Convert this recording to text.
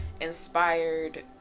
inspired